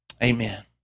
Amen